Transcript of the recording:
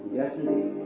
yesterday